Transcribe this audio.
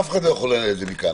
אף אחד לא יכול לנהל את זה מכאן.